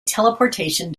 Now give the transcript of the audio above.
teleportation